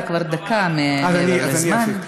אתה כבר דקה מעבר לזמן.